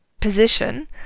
position